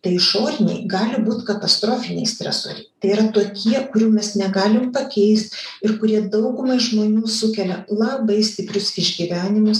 tai išoriniai gali būt katastrofiniai stresoriai tai yra tokie kurių mes negalim pakeist ir kurie daugumai žmonių sukelia labai stiprius išgyvenimus